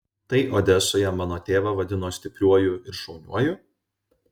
tai odesoje mano tėvą vadino stipriuoju ir šauniuoju